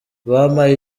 bampaye